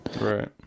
right